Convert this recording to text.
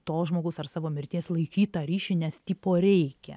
to žmogaus ar savo mirties laikyt tą ryšį nes tipo reikia